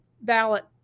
ballot